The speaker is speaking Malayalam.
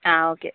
ആ ഓക്കെ